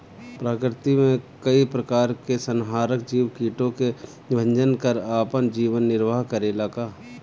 प्रकृति मे कई प्रकार के संहारक जीव कीटो के भक्षन कर आपन जीवन निरवाह करेला का?